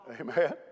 Amen